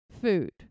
food